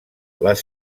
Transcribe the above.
les